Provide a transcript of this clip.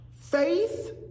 Faith